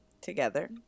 together